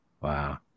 Wow